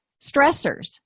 stressors